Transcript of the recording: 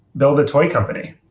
build a toy company.